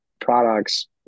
products